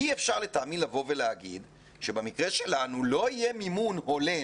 אי אפשר לטעמי להגיד שלא יהיה מימון הולם